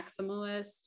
maximalist